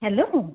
hello